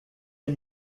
les